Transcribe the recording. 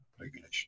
regulation